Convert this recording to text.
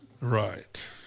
Right